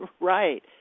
right